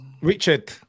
Richard